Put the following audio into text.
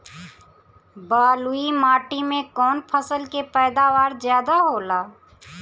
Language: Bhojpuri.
बालुई माटी में कौन फसल के पैदावार ज्यादा होला?